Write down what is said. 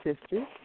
sisters